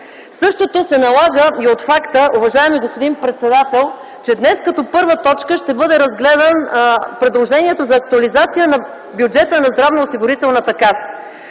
Същото се налага и от факта, уважаеми господин председател, че днес като първа точка ще бъде разгледано предложението за актуализация на бюджета на Здравноосигурителната